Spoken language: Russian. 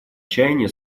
чаяния